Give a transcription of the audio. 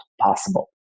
possible